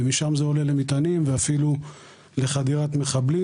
ומשם זה עולה למטענים ואפילו לחדירת מחבלים.